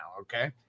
okay